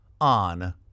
On